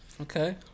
Okay